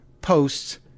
posts